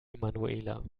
emanuela